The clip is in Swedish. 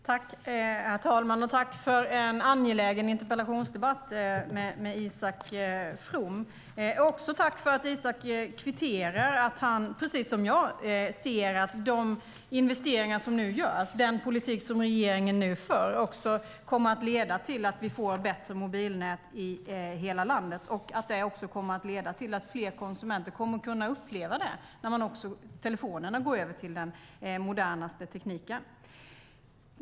Herr talman! Jag tackar för en angelägen interpellationsdebatt med Isak From. Jag tackar också för att Isak kvitterar att han, precis som jag, ser att de investeringar som nu görs, den politik som regeringen för, också kommer att leda till att vi får bättre mobilnät i hela landet och att det kommer att leda till att fler konsumenter kommer att kunna uppleva det när telefonerna också går över till den modernaste tekniken.